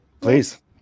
Please